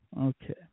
Okay